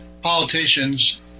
politicians